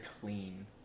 clean